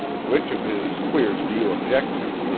which of his queers do you object to?